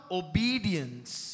obedience